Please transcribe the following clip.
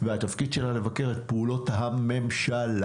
והתפקיד שלה לבקר את פעולות הממשלה.